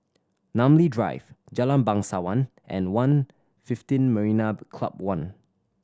Namly Drive Jalan Bangsawan and One fifteen Marina Club One